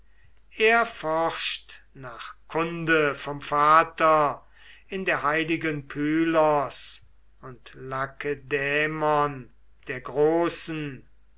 er forscht nach kunde vom vater in der göttlichen pylos und lakedaimon der großen